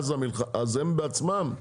אז הם בעצמם,